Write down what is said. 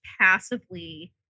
passively